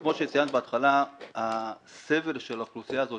כמו שציינת בהתחלה הסבל של האוכלוסייה הזאת